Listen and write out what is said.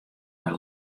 mei